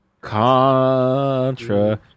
Contra